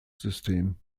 system